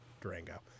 Durango